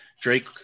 Drake